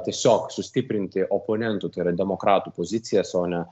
tiesiog sustiprinti oponentų tai yra demokratų pozicijas o ne